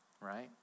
right